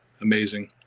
amazing